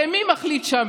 הרי מי מחליט שם?